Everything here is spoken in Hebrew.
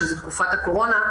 שזה תקופת הקורונה,